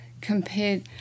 compared